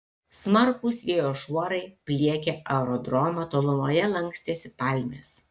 smarkūs vėjo šuorai pliekė aerodromą tolumoje lankstėsi palmės